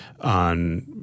on